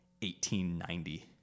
1890